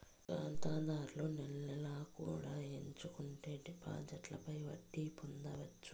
ఖాతాదారులు నెల నెలా కూడా ఎంచుకుంటే డిపాజిట్లపై వడ్డీ పొందొచ్చు